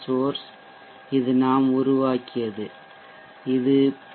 source இது நாம் உருவாக்கியது இது பி